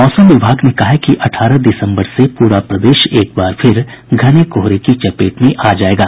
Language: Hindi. मौसम विभाग ने कहा है कि अठारह दिसम्बर से पूरा प्रदेश एकबार फिर घने कोहरे की चपेट में आज जायेगा